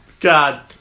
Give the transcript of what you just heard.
God